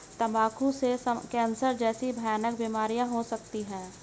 तंबाकू से कैंसर जैसी भयानक बीमारियां हो सकती है